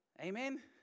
Amen